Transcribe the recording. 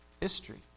history